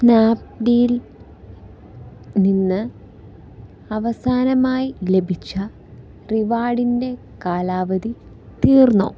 Snapdeal നിന്ന് അവസാനമായി ലഭിച്ച റിവാർഡിൻ്റെ കാലാവധി തീർന്നോ